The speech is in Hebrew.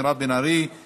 בקריאה טרומית,